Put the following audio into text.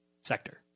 sector